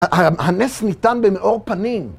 הנס ניתן במאור פנים.